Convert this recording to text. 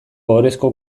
ohorezko